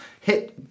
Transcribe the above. Hit